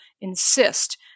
insist